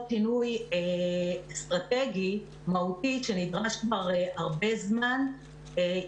שינוי אסטרטגי מהותי שנדרש כבר הרבה זמן.